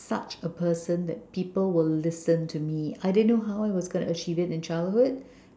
such a person that people will listen to me I didn't know how I was gonna achieve it in childhood